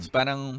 parang